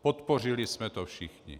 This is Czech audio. Podpořili jsme to všichni.